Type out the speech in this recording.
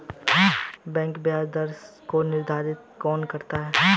Bank ब्याज दर को निर्धारित कौन करता है?